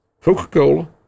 Coca-Cola